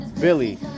Billy